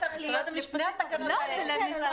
זה צריך להיות לפני התקנות האלה.